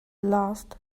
last